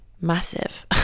massive